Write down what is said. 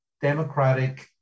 democratic